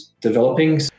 developing